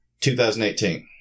2018